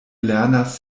lernas